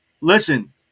Listen